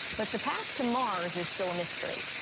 but the path to mars is still a mystery.